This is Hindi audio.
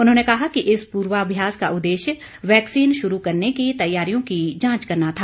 उन्होंने कहा कि इस पूर्वाभ्यास का उददेश्य वैक्सीन शुरू करने की तैयारियों की जांच करना था